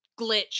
glitch